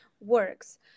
works